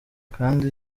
kandi